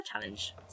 challenge